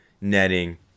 netting